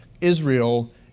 Israel